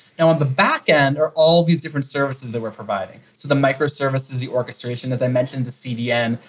now, on the backend, are all these different services that we're providing. so the microservices, the orchestration, as i mentioned, the cdm,